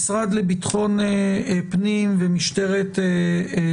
שמשרד המשפטים יהיה מיוצג כאן בדיון